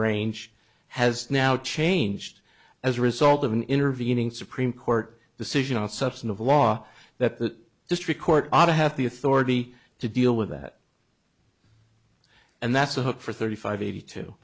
range has now changed as a result of an intervening supreme court decision on substantive law that district court ought to have the authority to deal with that and that's the hook for thirty five eighty two